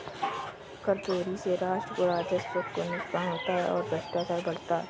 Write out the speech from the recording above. कर चोरी से राष्ट्र को राजस्व का नुकसान होता है और भ्रष्टाचार बढ़ता है